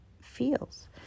feels